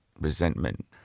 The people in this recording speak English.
resentment